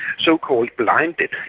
so-called blinded.